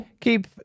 Keep